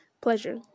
pleasure